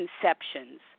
conceptions